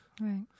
Right